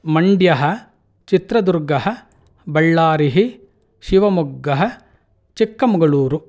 मण्ड्यः चित्रदुर्गः बळ्ळरिः शिवमोग्गः चिक्कमगळूरु